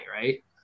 right